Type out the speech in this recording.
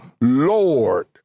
lord